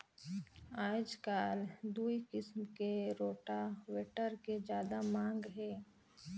आयज कायल दूई किसम के रोटावेटर के जादा मांग हे